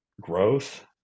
growth